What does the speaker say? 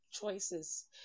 choices